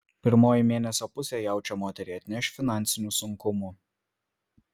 pirmoji mėnesio pusė jaučio moteriai atneš finansinių sunkumų